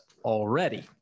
already